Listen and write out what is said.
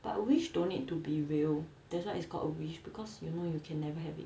but wish don't need to be real that's why it's called a wish because you know you can never have it